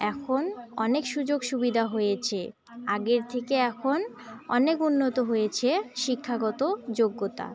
এখন অনেক সুযোগ সুবিধা হয়েছে আগের থেকে এখন অনেক উন্নত হয়েছে শিক্ষাগত যোগ্যতা